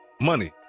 money